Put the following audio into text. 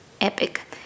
epic